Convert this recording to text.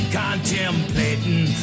contemplating